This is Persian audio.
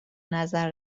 نظر